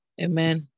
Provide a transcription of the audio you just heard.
Amen